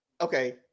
Okay